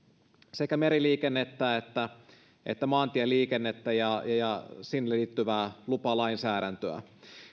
sekä meriliikennettä että että maatieliikennettä ja ja siihen liittyvää lupalainsäädäntöä